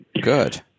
Good